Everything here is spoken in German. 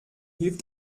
hilf